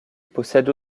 possède